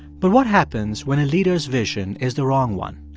but what happens when a leader's vision is the wrong one?